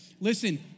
Listen